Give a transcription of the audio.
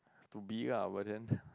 to be ya but then